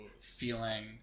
feeling